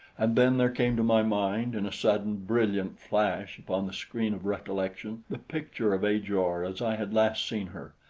and then there came to my mind, in a sudden, brilliant flash upon the screen of recollection the picture of ajor as i had last seen her,